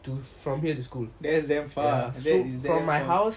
that's damn far that is damn far